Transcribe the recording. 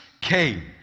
came